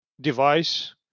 device